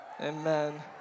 amen